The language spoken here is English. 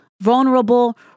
vulnerable